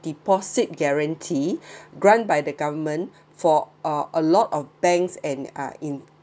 deposit guarantee grant by the government for uh a lot of banks and uh in